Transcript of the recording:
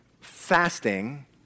fasting